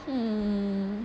um